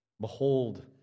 Behold